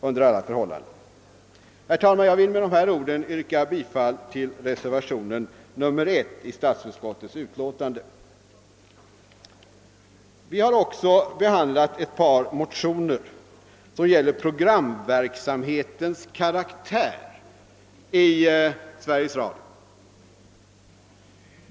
Herr talman! Jag vill med dessa ord yrka bifall till reservationen 1 vid statsutskottets utlåtande. Utskottet har också behandlat ett par motioner i denna kammare — även väckta i första kammaren — som gäller programverksamhetens karaktär i Sveriges Radio.